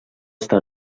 està